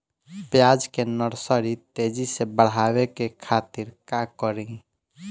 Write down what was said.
प्याज के नर्सरी तेजी से बढ़ावे के खातिर का करी?